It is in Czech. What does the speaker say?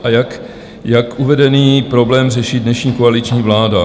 A jak uvedený problém řeší dnešní koaliční vláda?